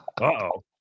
Uh-oh